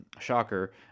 Shocker